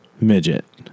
midget